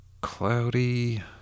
cloudy